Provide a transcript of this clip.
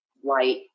white